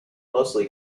mostly